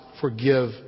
forgive